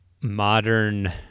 modern